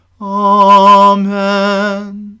Amen